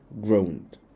groaned